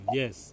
yes